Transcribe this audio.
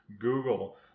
Google